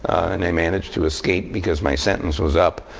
and i managed to escape because my sentence was up.